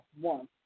one